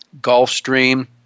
Gulfstream